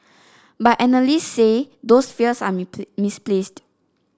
but analyst say those fears are misplaced